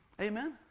Amen